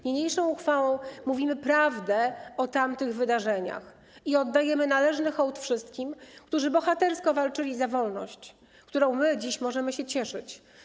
Niniejszą uchwałą mówimy prawdę o tamtych wydarzeniach i oddajemy należny hołd wszystkim, którzy bohatersko walczyli za wolność, którą my dziś możemy się cieszyć.